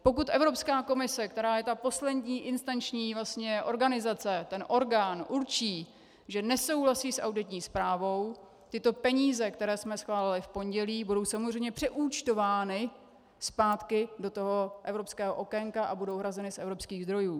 Pokud Evropská komise, která je ta poslední instanční organizace, ten orgán, určí, že nesouhlasí s auditní zprávou, tyto peníze, které jsme schválili v pondělí, budou samozřejmě přeúčtovány zpátky do toho evropského okénka a budou hrazeny z evropských zdrojů.